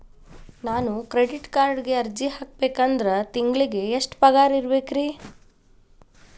ನಾನು ಕ್ರೆಡಿಟ್ ಕಾರ್ಡ್ಗೆ ಅರ್ಜಿ ಹಾಕ್ಬೇಕಂದ್ರ ತಿಂಗಳಿಗೆ ಎಷ್ಟ ಪಗಾರ್ ಇರ್ಬೆಕ್ರಿ?